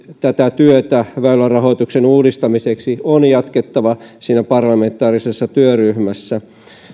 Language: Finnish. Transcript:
tätä työtä väylärahoituksen uudistamiseksi on jatkettava siinä parlamentaarisessa työryhmässä